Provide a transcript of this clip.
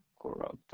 corrupt